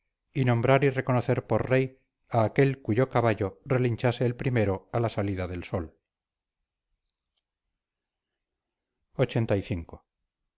y nombrar y reconocer por rey a aquel cuyo caballo relinchase el primero a la salida del sol